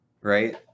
right